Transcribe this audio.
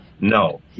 No